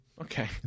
okay